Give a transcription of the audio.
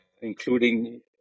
including